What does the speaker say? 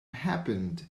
happened